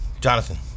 Jonathan